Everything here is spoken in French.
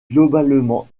globalement